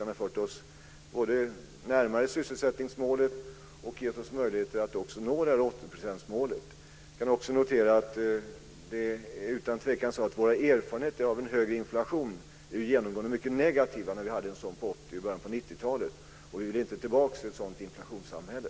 Den har både fört oss närmare sysselsättningsmålet och gett oss möjligheter att nå det. Vi kan också utan tvekan notera att våra erfarenheter av en högre inflation genomgående är mycket negativa. Vi hade en sådan på 80-talet och i början av 90-talet, och vi vill inte tillbaka till ett sådant inflationssamhälle.